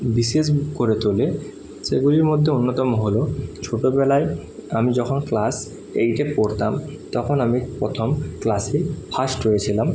বিশেষ করে তোলে সেগুলির মধ্যে অন্যতম হলো ছোটবেলায় আমি যখন ক্লাস এইটে পড়তাম তখন আমি প্রথম ক্লাসে ফার্স্ট হয়েছিলাম